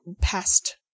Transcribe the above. past